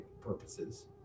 purposes